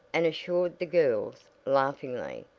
and assured the girls, laughingly,